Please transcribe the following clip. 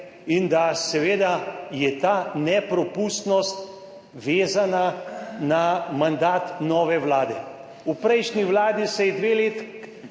in da je seveda ta nepropustnost vezana na mandat nove vlade. V prejšnji vladi se je dve leti